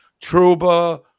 Truba